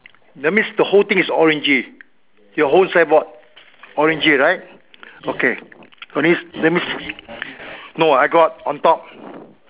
that means the whole thing is orangey your whole signboard orangey right okay only that means no I got on top